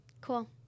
Cool